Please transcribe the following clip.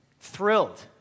thrilled